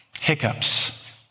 hiccups